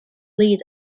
lead